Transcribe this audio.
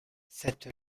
cette